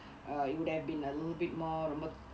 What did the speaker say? uh it would have been a little bit more ரொம்ப:romba